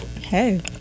hey